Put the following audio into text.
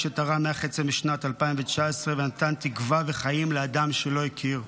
כשתרם מח עצם בשנת 2019 ונתן תקווה וחיים לאדם שלא הכיר.